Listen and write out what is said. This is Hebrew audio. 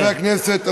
חברי הכנסת,